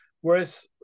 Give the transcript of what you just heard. Whereas